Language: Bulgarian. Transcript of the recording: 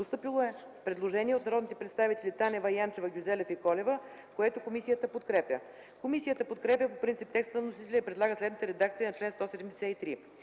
Постъпило е предложение от народните представители Танева, Янчева, Гюзелев и Колева, което комисията подкрепя. Комисията подкрепя по принцип текста на вносителя и предлага следната редакция на чл. 173: